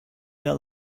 their